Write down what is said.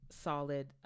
solid